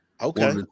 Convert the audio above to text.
okay